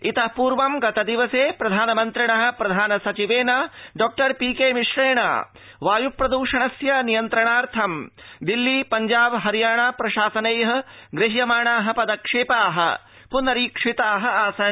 इत पूर्वं गतदिवसे प्रधानमन्त्रिण प्रधान सचिवेन डॉपीकेमिश्रेण वायु प्रदृषणस्य नियन्त्रणार्थं दिल्ली पञ्जाब हरियाणा प्रशासनै गृद्धमाणा पदक्षेपा पुनरीक्षिता आसन्